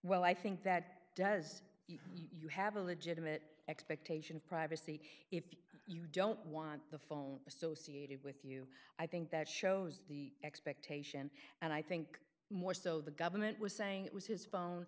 well i think that does you have a legitimate expectation of privacy if you don't want the phone associated with you i think that shows the expectation and i think more so the government was saying it was his phone